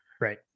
Right